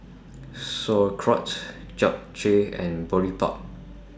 Sauerkraut Japchae and Boribap